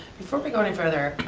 before we got any further,